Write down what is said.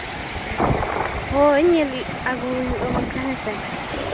ᱟᱪᱪᱷᱟ ᱦᱳᱭ ᱧᱮᱞ ᱟᱹᱜᱩ ᱦᱩᱭᱩᱜᱼᱟ ᱵᱟᱝᱠᱷᱟᱱ ᱦᱮᱸ ᱥᱮ